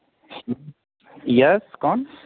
یس کون